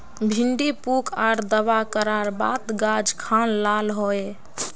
भिन्डी पुक आर दावा करार बात गाज खान लाल होए?